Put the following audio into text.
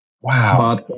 Wow